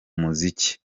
muziki